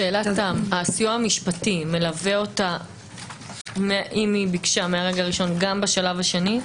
שאלת תם - הסיוע המשפטי מלווה אותה אם ביקשה מהרגע הראשון גם בשלב השני?